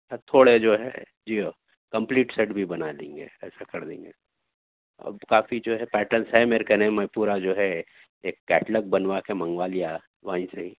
اب تھوڑے جو ہے جی ہاں کمپلیٹ سیٹ بھی بنا لیں گے ایسا کر دیں گے اب کافی جو ہے پیٹرنس ہیں میرے کنے میں پورا جو ہے ایک کیٹلگ بنوا کے منگوا لیا وہیں سے ہی